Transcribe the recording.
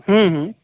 हुं हुं